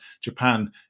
Japan